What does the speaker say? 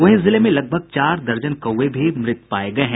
वहीं जिले में लगभग चार दर्जन कौवे भी मृत पाये गये हैं